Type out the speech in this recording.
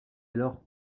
alors